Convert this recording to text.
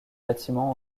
bâtiment